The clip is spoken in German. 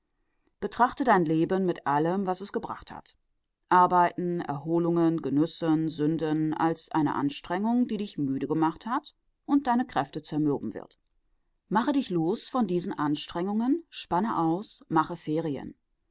betrachte dein leben mit allem was es gebracht hat arbeiten erholungen genüssen sünden als eine anstrengung die dich müde gemacht hat und deine kräfte zermürben wird mache dich los von diesen anstrengungen spanne aus